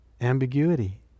Ambiguity